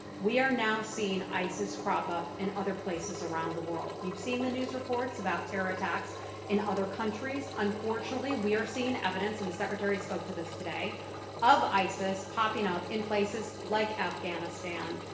we are now seeing isis crop up in other places around the world. you've seen the news reports about terror attacks in other countries. unfortunately, we are seeing evidence and the secretary spoke to this today of isis popping up in places like afghanistan,